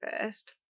first